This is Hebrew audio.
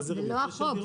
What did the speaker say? זה לא החוק.